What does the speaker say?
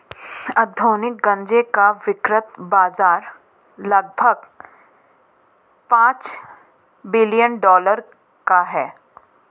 औद्योगिक गांजे का वैश्विक बाजार लगभग पांच बिलियन डॉलर का है